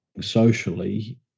socially